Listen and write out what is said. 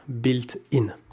built-in